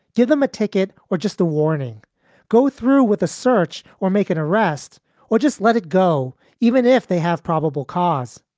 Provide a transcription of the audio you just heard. give them a ticket or just the warning go through with a search or make an arrest or just let it go even if they have probable cause?